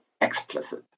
explicit